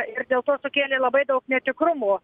ir dėl to sukėlė labai daug netikrumų